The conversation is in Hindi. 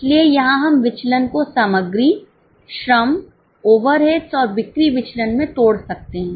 इसलिए यहां हम विचलन को सामग्री श्रम ओवरहेड्स और बिक्री विचलन में तोड़ सकते हैं